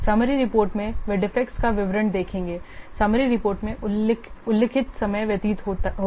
summary report में वे defects का विवरण देखेंगे समरी रिपोर्ट में उल्लिखित समय व्यतीत होगा